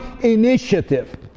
initiative